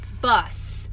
bus